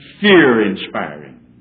fear-inspiring